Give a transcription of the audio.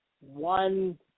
one